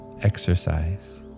exercise